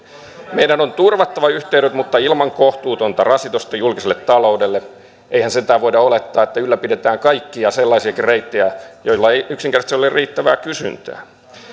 meidän on turvattava yhteydet mutta ilman kohtuutonta rasitusta julkiselle taloudelle eihän sentään voida olettaa että ylläpidetään kaikkia sellaisiakin reittejä joilla ei yksinkertaisesti ole riittävää kysyntää